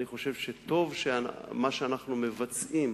אני חושב שטוב שמה שאנחנו מבצעים